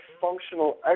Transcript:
functional